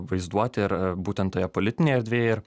vaizduotę ir būtent toje politinėje erdvėj ir